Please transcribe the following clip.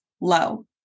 low